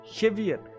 heavier